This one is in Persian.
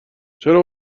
چرا